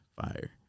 Fire